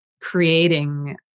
creating